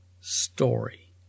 story